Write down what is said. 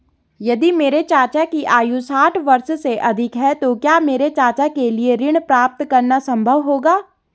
यदि मेरे चाचा की आयु साठ वर्ष से अधिक है तो क्या मेरे चाचा के लिए ऋण प्राप्त करना संभव होगा?